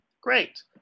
Great